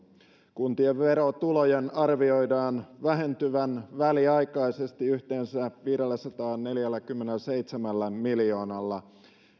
kuntien verotulojen arvioidaan vähentyvän väliaikaisesti yhteensä viidelläsadallaneljälläkymmenelläseitsemällä miljoonalla